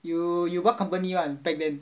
you you what company [one] back then